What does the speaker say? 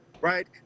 right